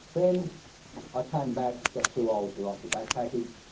then i came back, got too old to write for backpackers,